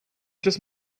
just